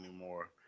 anymore